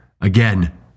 Again